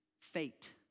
fate